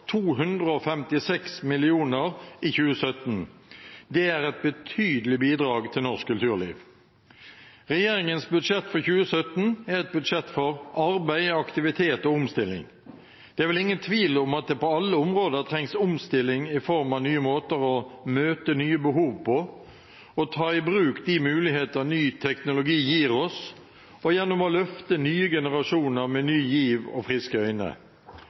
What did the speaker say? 256 mill. kr i 2017. Det er et betydelig bidrag til norsk kulturliv. Regjeringens budsjett for 2017 er et budsjett for arbeid, aktivitet og omstilling. Det er vel ingen tvil om at det på alle områder trengs omstilling i form av nye måter å møte nye behov på, å ta i bruk de muligheter ny teknologi gir oss, og gjennom å løfte nye generasjoner med ny giv og friske øyne.